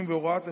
60 והוראת שעה),